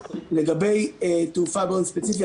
לגבי תעופה באופן ספציפית,